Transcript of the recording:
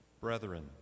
Brethren